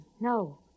no